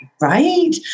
right